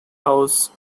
house